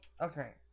okay